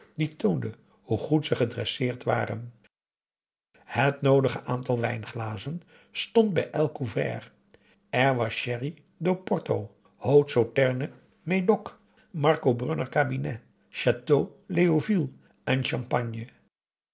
die toonde hoe goed ze gedresseerd waren het noodige aantal wijnglazen stond bij elk couvert er was sherry d'o porto haut sauterne medoc marcobrunner cabinet chateau léoville en champagne